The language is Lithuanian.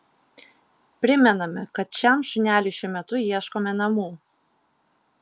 primename kad šiam šuneliui šiuo metu ieškome namų